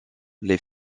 les